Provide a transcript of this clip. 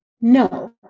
no